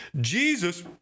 Jesus